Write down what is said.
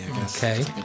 Okay